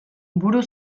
buru